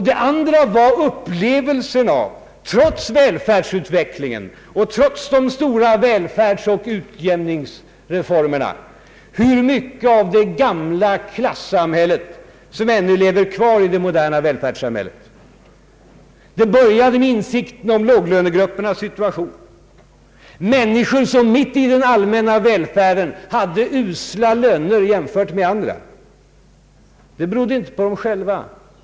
Dessutom fanns upplevelsen, trots välfärdsutvecklingen och trots de stora välfärdsoch utjämningsreformerna, av hur mycket från det gamla klasssamhället som ännu lever kvar i det moderna välfärdssamhället. Det hela började med insikten om låglönegruppernas situation — människor som mitt i den allmänna välfärden hade usla löner jämfört med andra. Det berodde inte på dem själva.